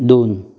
दोन